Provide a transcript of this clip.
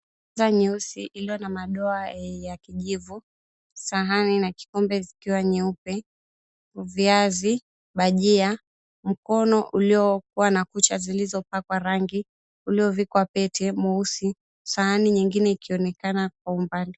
Meza nyeusi ilio na madoa ya kijivu, sahani na kikombe zikiwa nyeupe, viazi, bajia, mkono uliokuwa na kucha zilizopakwa rangi uliovikwa pete mweusi, sahani nyingine ikionekana kwa umbali.